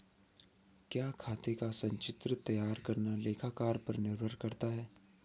क्या खाते का संचित्र तैयार करना लेखाकार पर निर्भर करता है?